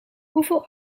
hoeveel